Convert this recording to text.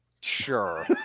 Sure